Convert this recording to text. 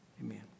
Amen